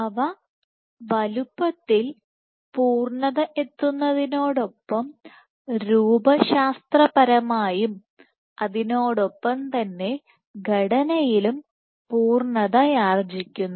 അവ വലുപ്പത്തിൽ പൂർണത എത്തുന്നതിനോടൊപ്പം രൂപശാസ്ത്രപരമായും അതിനോടൊപ്പം തന്നെ ഘടനയിലും പൂർണതയാർർജിക്കുന്നു